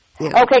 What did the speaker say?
Okay